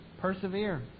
Persevere